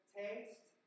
taste